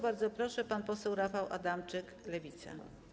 Bardzo proszę, pan poseł Rafał Adamczyk, Lewica.